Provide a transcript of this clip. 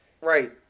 Right